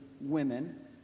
women